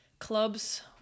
Clubs